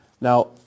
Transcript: Now